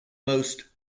most